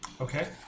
Okay